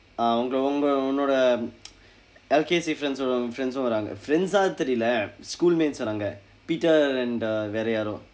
ah உங்க உங்க உன்னோட:unga unga unnoda L_K_C friends வோட:voda friends வராங்க:varaanga friends ah தெரியில்லை:theryillai schoolmates வராங்க:varaanga peter and வேற யாரோ:vera yaaro